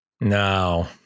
No